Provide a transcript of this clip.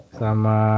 sama